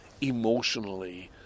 emotionally